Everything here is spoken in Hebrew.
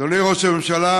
אדוני ראש הממשלה,